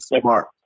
smart